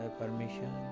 permission